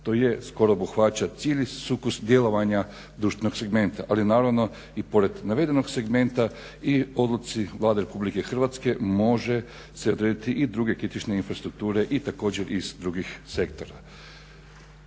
To skoro obuhvaća cijeli sukus djelovanja društvenog segmenta, ali naravno i pored navedenog segmenta i odluci Vlade Republike Hrvatske može se odrediti i druge kritične infrastrukture i također iz drugih sektora.